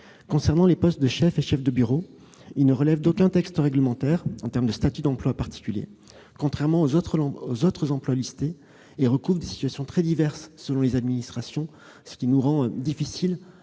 S'agissant des postes de chef de bureau, ceux-ci ne relèvent d'aucun texte réglementaire en termes de statut d'emploi particulier, contrairement aux autres emplois listés, et recouvrent des situations très diverses selon les administrations, ce qui rend difficile l'adoption des